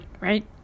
right